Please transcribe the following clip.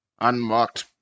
unmarked